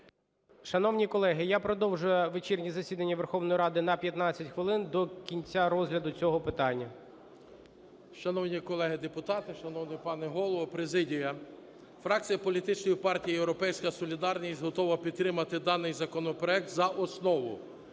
Шановні колеги, я продовжую вечірнє засідання Верховної Ради на 15 хвилин, до кінця розгляду цього питання. 17:54:16 КУБІВ С.І. Шановні колеги депутати, шановний пане Голово, президія, фракція політичної партії "Європейська солідарність" готова підтримати даний законопроект за основу.